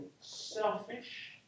selfish